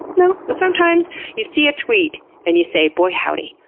no. but sometimes you see a tweet and you say, boy howdy,